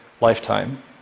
lifetime